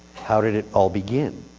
how did it all begin?